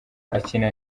akina